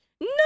No